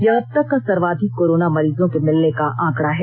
यह अब तक का सर्वाधिक कोरोना मरीजों के मिलने का आंकड़ा है